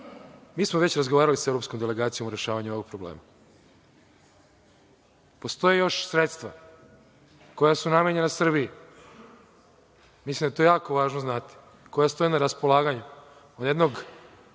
Mi smo već razgovarali sa Evropskom delegacijom o rešavanju ovog problema. Postoje još sredstva koja su namenjena Srbiji, mislim da je to jako važno znati, koja stoje na raspolaganju na jednoj